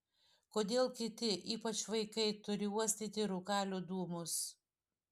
kodėl kiti ypač vaikai turi uostyti rūkalių dūmus